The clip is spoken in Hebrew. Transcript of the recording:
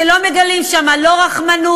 שכן לא מגלים שם לא רחמנות